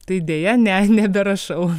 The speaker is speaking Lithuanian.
tai deja ne neberašau